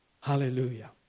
Hallelujah